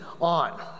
on